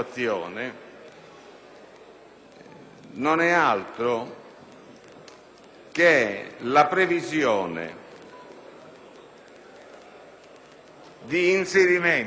non è altro che la previsione dell'inserimento